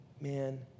man